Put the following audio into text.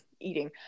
eating